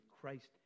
Christ